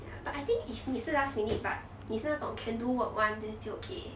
ya but I think if 你是 last minute but 你是那种 can do work [one] then still okay